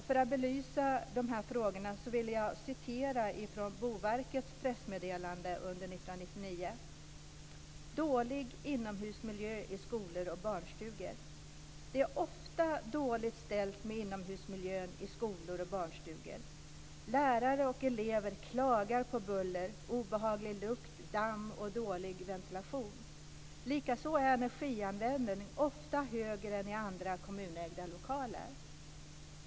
För att belysa dessa frågor vill jag citera ur Boverkets pressmeddelande från 1999: "Dålig inomhusmiljö i skolor och barnstugor. Det är ofta dåligt ställt med inomhusmiljön i skolor och barnstugor. Lärare och elever klagar på buller, obehaglig lukt, damm och dålig ventilation. Likaså är energianvändningen ofta högre än i andra kommunägda lokaler.